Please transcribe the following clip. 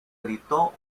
editó